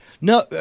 no